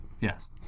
Yes